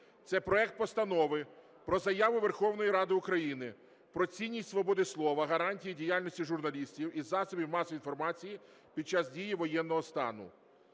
це проект Постанови про заяву Верховної Ради України про цінність свободи слова, гарантії діяльності журналістів і засобів масової інформації під час дії воєнного стану.